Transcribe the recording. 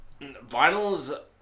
Vinyl's